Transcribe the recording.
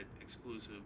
exclusive